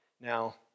Now